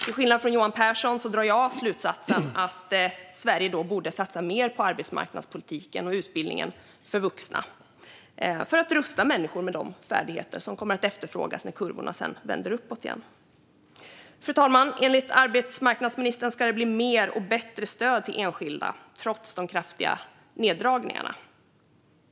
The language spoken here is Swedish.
Till skillnad från Johan Pehrson drar jag slutsatsen att Sverige borde satsa mer på arbetsmarknadspolitiken och utbildningen för vuxna, för att rusta människor med de färdigheter som kommer att efterfrågas när kurvorna sedan vänder uppåt igen. Fru talman! Enligt arbetsmarknadsministern ska det bli mer och bättre stöd till enskilda, trots de kraftiga neddragningarna.